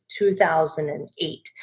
2008